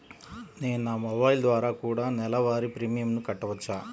నేను నా మొబైల్ ద్వారా కూడ నెల వారి ప్రీమియంను కట్టావచ్చా?